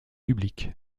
public